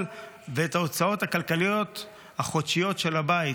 ואת ההוצאות הכלכליות החודשיות של הבית.